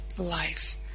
life